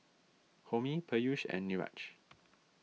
Homi Peyush and Niraj